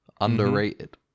underrated